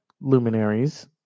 luminaries